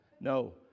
No